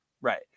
right